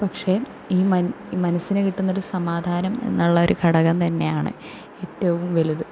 പക്ഷെ ഈ മൻ മനസിന് കിട്ടുന്ന ഒരു സമാധാനം എന്നുള്ളൊരു ഘടകം തന്നെയാണ് ഏറ്റവും വലുത്